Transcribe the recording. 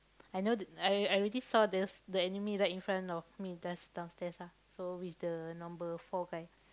I know the I I already saw this the enemy right in front me just downstairs ah so with the number four guys